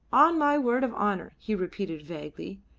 on my word of honour, he repeated vaguely.